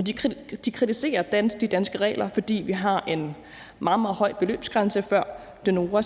de danske de danske regler, fordi vi har en meget høj beløbsgrænse for, at donorer